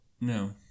No